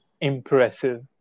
impressive